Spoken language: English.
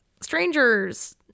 strangers